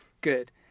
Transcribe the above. good